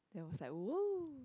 then was like wow